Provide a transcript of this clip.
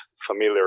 familiar